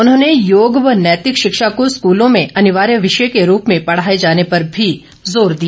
उन्होंने योग व नैतिक शिक्षा को स्कूलों में अनिवार्य विषय के रूप मे पढ़ाए जाने पर भी जोर दिया